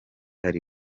ari